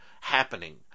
happening